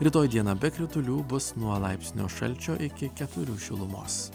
rytoj diena be kritulių bus nuo laipsnio šalčio iki keturių šilumos